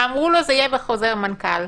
אמרו לו זה יהיה בחוזר מנכ"ל.